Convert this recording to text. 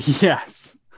Yes